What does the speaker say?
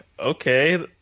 okay